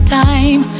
time